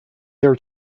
their